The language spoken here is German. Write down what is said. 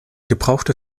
gebrauchte